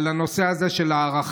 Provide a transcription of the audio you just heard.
על הנושא הזה של הערכים,